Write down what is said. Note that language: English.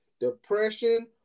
depression